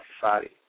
Society